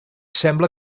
sembla